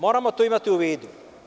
Moramo to imati u vidu.